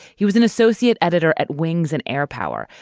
he was an associate editor at wings and air power,